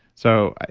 so,